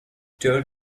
dirt